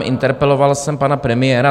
Interpeloval jsem pana premiéra.